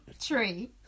Tree